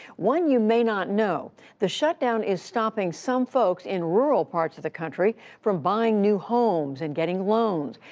one you may not know the shutdown is stopping some folks in rural parts of the country from buying new homes and getting loans.